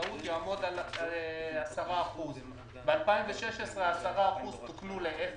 כתוב שמס מעסיקים לחקלאות יעמוד על 10%. ב-2016 תוקנו ה-10% לאפס,